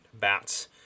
bats